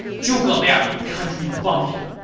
zhuge liang, you country bumpkin!